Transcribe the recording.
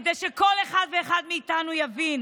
כדי שכל אחת ואחד מאיתנו יבין